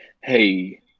hey